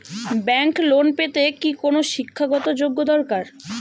Bank loan পেতে কি কোনো শিক্ষা গত যোগ্য দরকার?